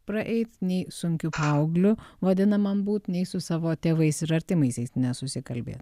praeit nei sunkiu paaugliu vadinamam būt nei su savo tėvais ir artimaisiais nesusikalbėt